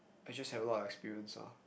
I just have a lot of experience loh